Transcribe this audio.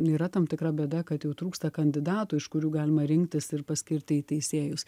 yra tam tikra bėda kad jau trūksta kandidatų iš kurių galima rinktis ir paskirti į teisėjus